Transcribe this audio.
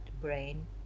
brain